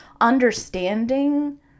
understanding